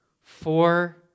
Four